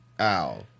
ow